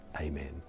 Amen